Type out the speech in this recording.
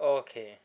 okay